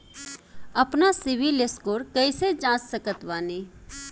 आपन सीबील स्कोर कैसे जांच सकत बानी?